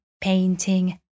painting